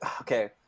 okay